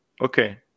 okay